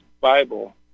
Bible